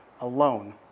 alone